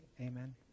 amen